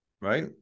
right